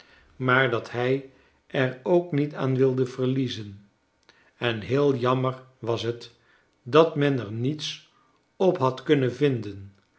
maar dat hij er ook niet aan wilde verliezen en heel jammer was het dat men er niets op had kunnen vinden